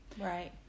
Right